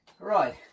Right